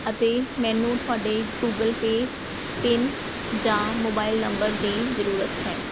ਅਤੇ ਮੈਨੂੰ ਤੁਹਾਡੇ ਗੂਗਲ ਪੇ ਪਿੰਨ ਜਾਂ ਮੋਬਾਈਲ ਨੰਬਰ ਦੀ ਜ਼ਰੂਰਤ ਹੈ